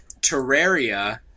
Terraria